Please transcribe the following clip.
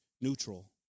neutral